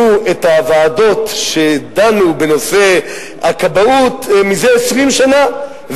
את הוועדות שדנו בנושא הכבאות מזה 20 שנה,